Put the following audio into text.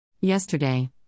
Yesterday